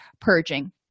purging